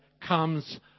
comes